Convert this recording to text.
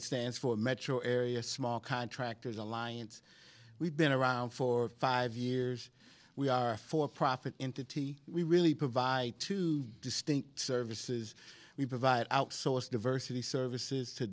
d stands for metro area small contractors alliance we've been around for five years we are a for profit entity we really provide two distinct services we provide outsource diversity services to